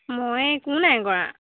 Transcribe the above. মই একো নাই কৰা